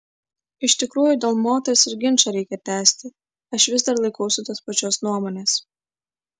iš tikrųjų dėl moters ir ginčą reikia tęsti aš vis dar laikausi tos pačios nuomonės